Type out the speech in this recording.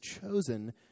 chosen